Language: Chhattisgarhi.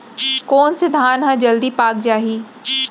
कोन से धान ह जलदी पाक जाही?